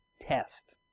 test